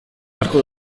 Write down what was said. beharko